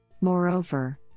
Moreover